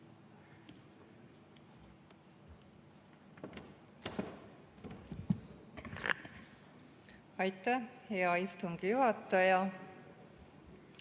Aitäh, hea istungi juhataja!